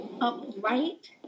upright